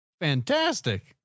Fantastic